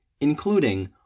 including